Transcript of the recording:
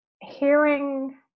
hearing